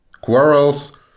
quarrels